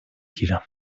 گیرم